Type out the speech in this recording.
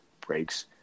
breaks